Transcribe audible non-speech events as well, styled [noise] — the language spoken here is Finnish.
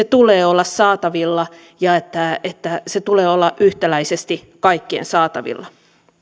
[unintelligible] tulee olla saatavilla ja sen tulee olla yhtäläisesti kaikkien saatavilla